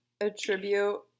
attribute